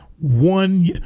one